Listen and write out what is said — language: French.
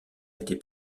été